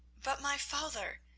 but, my father,